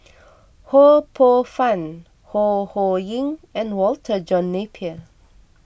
Ho Poh Fun Ho Ho Ying and Walter John Napier